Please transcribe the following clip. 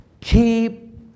keep